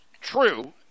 true